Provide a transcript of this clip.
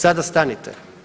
Sada stanite.